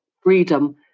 freedom